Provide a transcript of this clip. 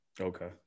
Okay